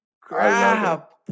crap